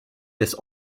des